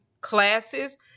classes